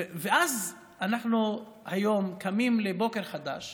היום אנחנו קמים לבוקר חדש,